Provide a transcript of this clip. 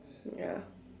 ya